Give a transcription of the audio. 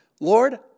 Lord